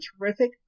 terrific